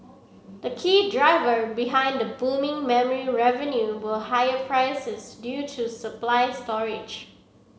the key driver behind the booming memory revenue were higher prices due to supply